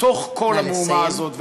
שמתוך כל המהומה הזאת, נא לסיים.